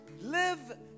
Live